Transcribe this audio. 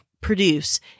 produce